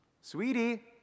Sweetie